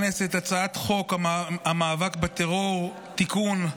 הצעת חוק המאבק בטרור (תיקון,